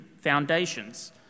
foundations